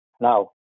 Now